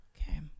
Okay